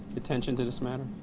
attention to this matter?